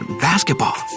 basketball